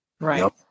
Right